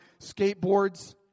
Skateboards